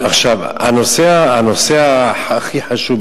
הנושא הכי חשוב,